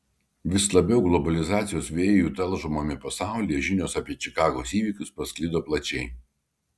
vis labiau globalizacijos vėjų talžomame pasaulyje žinios apie čikagos įvykius pasklido plačiai